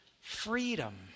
freedom